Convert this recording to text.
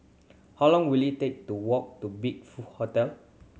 how long will it take to walk to Big Hotel